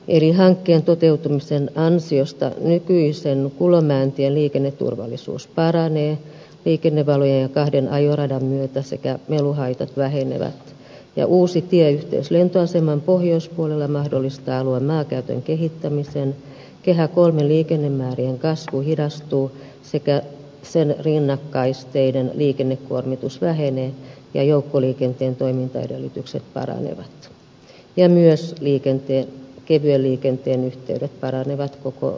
eli hankkeen toteutumisen ansiosta nykyisen kulomäentien liikenneturvallisuus paranee liikennevalojen ja kahden ajoradan myötä sekä meluhaitat vähenevät ja uusi tieyhteys lentoaseman pohjoispuolella mahdollistaa alueen maankäytön kehittämisen kehä iiin liikennemäärien kasvu hidastuu sekä sen rinnakkaisteiden liikennekuormitus vähenee ja joukkoliikenteen toimintaedellytykset paranevat ja myös kevyen liikenteen yhteydet paranevat koko kehä ivn varrella